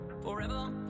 forever